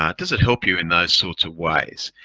ah does it help you in those sorts of ways?